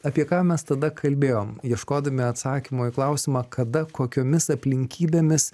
apie ką mes tada kalbėjom ieškodami atsakymo į klausimą kada kokiomis aplinkybėmis